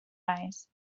eyes